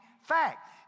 Fact